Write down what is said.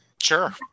sure